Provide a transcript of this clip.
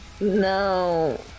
No